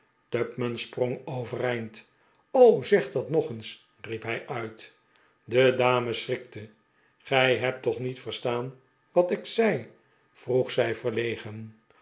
tupman sprong overeind t o zeg dat nog eens riep hij uit de dame schrikte gij hebt toch niet verstaan wat ik zei vroeg zij verlegen